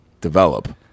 develop